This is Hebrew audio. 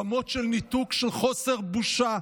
רמות של ניתוק, של חוסר בושה.